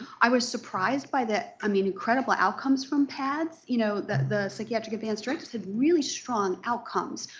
i was surprised by the i mean incredible outcomes from pads. you know the the psychiatric advance directives have really strong outcomes,